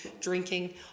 drinking